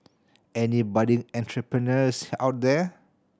any budding entrepreneurs out there